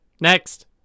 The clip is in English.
Next